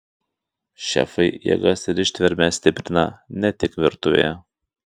šefai jėgas ir ištvermę stiprina ne tik virtuvėje